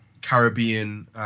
Caribbean